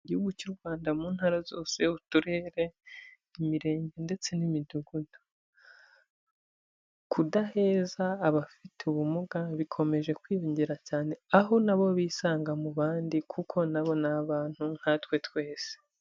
Igihugu cy'u Rwanda mu ntara zose, uturere, imirenge ndetse n'imidugudu, kudaheza abafite ubumuga bikomeje kwiyongera cyane aho na bo bisanga mu bandi kuko na bo ni abantu nkatwe twese.